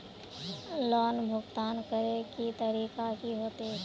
Loan भुगतान करे के तरीका की होते?